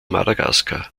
madagaskar